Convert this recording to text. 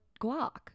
guac